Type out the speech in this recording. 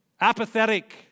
apathetic